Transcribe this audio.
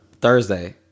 Thursday